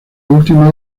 última